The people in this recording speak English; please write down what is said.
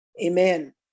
Amen